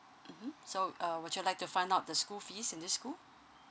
mmhmm so uh would you like to find out the school fees in this school